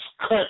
cut